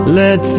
let